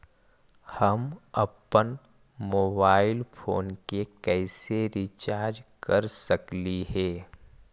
हम अप्पन mobile phone के कैसे रिचार्ज कर सकली हे?